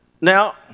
Now